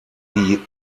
die